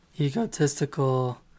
egotistical